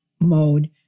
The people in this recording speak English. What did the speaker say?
mode